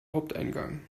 haupteingang